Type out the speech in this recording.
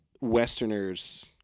Westerners